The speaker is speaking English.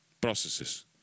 processes